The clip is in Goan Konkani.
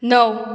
णव